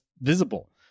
visible